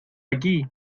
aquí